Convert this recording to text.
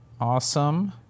Awesome